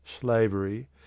slavery